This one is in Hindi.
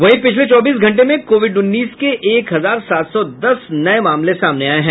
वहीं पिछले चौबीस घंटे में कोविड उन्नीस के एक हजार सात सौ दस नये मामले सामने आये हैं